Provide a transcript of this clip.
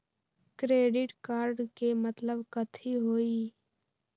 Credit card के मतलब कथी होई?